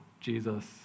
Jesus